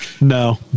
No